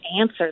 answer